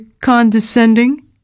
condescending